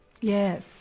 Yes